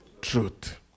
truth